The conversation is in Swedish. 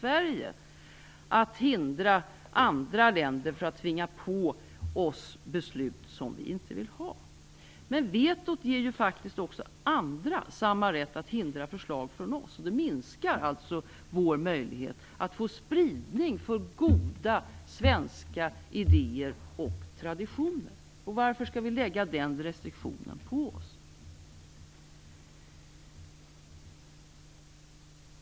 Det gäller att hindra andra länder från att tvinga på oss beslut som vi inte vill ha. Men vetot ger ju faktiskt också andra länder rätt att hindra förslag från oss. Då minskar alltså vår möjlighet att sprida goda svenska idéer och traditioner. Varför skall vi lägga den restriktionen på oss?